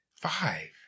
five